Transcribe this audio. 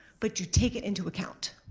but you take it into account,